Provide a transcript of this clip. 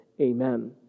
Amen